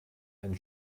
and